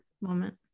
moment